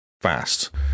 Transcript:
fast